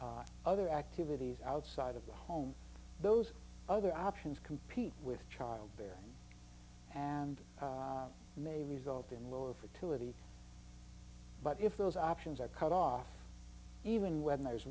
other activities outside of the home those other options compete with childbearing and may result in lower fertility but if those options are cut off even when there